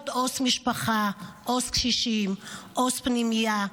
להיות עו"ס משפחה, עו"ס קשישים, עו"ס פנימייה,